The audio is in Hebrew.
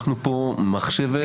ערכו הרבה פחות מערכה של קליפת השום.